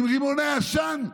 עם רימוני עשן,